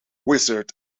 wizard